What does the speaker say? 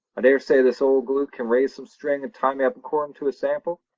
i dare say this old galoot can rise some string and tie me up accordin' to sample